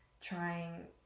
trying